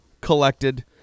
collected